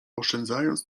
oszczędzając